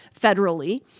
federally